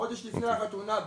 חודש לפני החתונה,